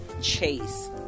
Chase